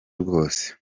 rwose